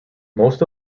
most